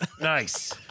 Nice